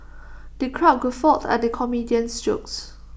the crowd guffawed at the comedian's jokes